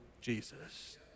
Jesus